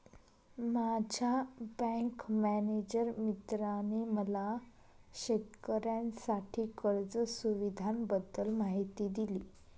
माझ्या bank manager मित्राने मला शेतकऱ्यांसाठी कर्ज सुविधांबद्दल माहिती दिली